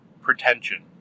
pretension